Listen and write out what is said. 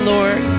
Lord